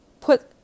put